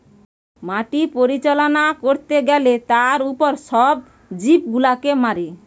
মাটি পরিচালনা করতে গ্যালে তার উপর সব জীব গুলাকে মারে